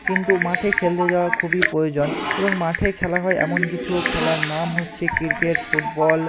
কিন্তু মাঠে খেলতে যাওয়া খুবই প্রয়োজন এবং মাঠে খেলা হয় এমন কিছু খেলার নাম হচ্ছে ক্রিকেট ফুটবল